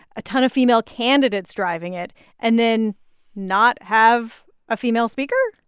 a ton of female candidates driving it and then not have a female speaker?